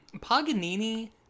Paganini